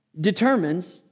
determines